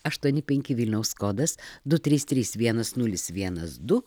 aštuoni penki vilniaus kodas du trys trys vienas nulis vienas du